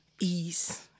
ease